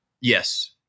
Yes